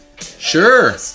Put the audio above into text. Sure